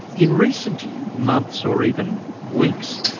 in recent yeah months or even weeks,